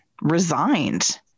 resigned